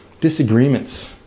disagreements